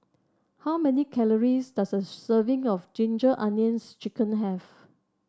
how many calories does a serving of Ginger Onions chicken have